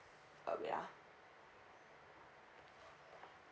uh wait ah